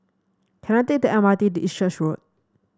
can I take the M R T to East Church Road